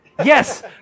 Yes